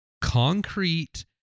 concrete